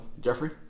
Jeffrey